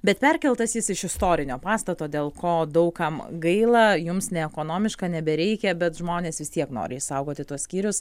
bet perkeltas jis iš istorinio pastato dėl ko daug kam gaila jums ne ekonomiška nebereikia bet žmonės vis tiek nori išsaugoti tuos skyrius